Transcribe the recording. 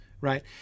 right